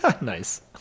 Nice